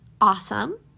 awesome